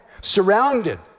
surrounded